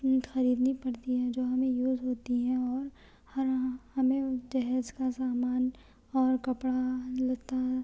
خریدنی پڑتی ہے جو ہمیں یوز ہوتی ہیں اور ہر ہمیں وہ جہیز کا سامان اور کپڑا لتا